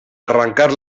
arrancar